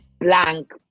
blank